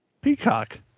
Peacock